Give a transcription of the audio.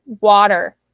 water